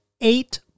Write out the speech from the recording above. eight